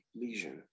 lesion